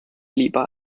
lieber